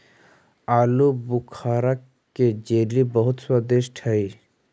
आलूबुखारा के जेली बहुत स्वादिष्ट हई